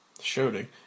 shouting